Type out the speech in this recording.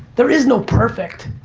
there is no perfect.